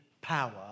power